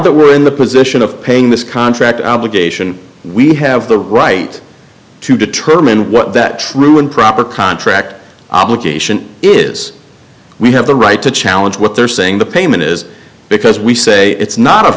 that we're in the position of paying this contract obligation we have the right to determine what that true and proper contract obligation is we have the right to challenge what they're saying the payment is because we say it's not a